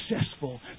successful